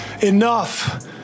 Enough